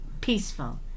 peaceful